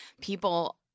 people